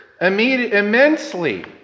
immensely